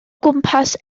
gwmpas